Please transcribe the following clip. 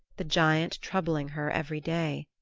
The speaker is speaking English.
the giant troubling her every day.